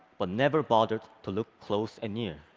but never bothered to look close and near.